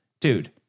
dude